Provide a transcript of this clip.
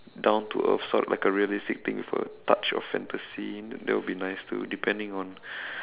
down to earth sort of like a realistic thing with a touch of fantasy that will be nice too depending on